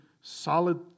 solid